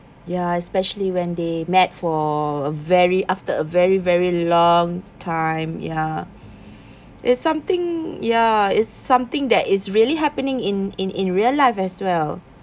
ya especially when they met for a very after a very very long time ya it's something ya it's something that is really happening in in in real life as well